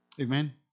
Amen